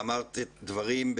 ואמרת דברים,